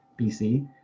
BC